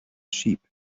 sheep